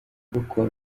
koko